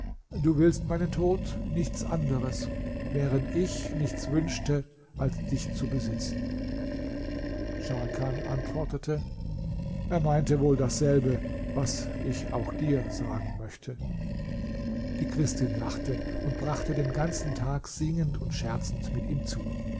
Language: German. du willst meinen tod nichts anderes während ich nichts wünsche als dich zu besitzen scharkan antwortete er meinte wohl dasselbe was ich auch dir sagen möchte die christin lachte und brachte den ganzen tag singend und scherzend mit ihm zu